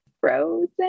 Frozen